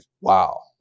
wow